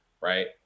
right